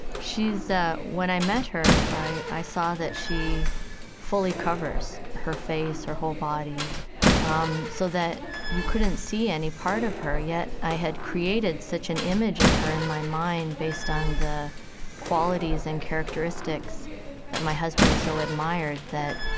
she's when i met her, i i saw that she fully covers her face, her whole body um so that you couldn't see any part of her. yet, i had created such an image of her in my mind based on the qualities and characteristics that my husband so admired that,